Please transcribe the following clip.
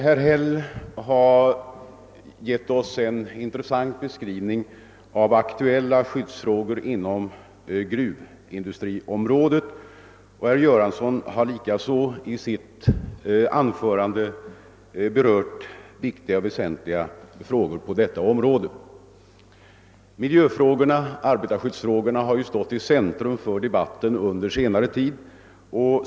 Herr Häll har givit oss en intressant beskrivning av aktuella skyddsfrågor inom gruvindustriområdet, och herr Göransson har likaså i sitt anförande berört viktiga frågor på detta område. Miljöfrågorna och arbetarskyddsfrågorna har stått i centrum för debatten under senare tid.